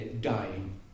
dying